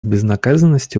безнаказанностью